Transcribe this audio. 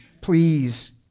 Please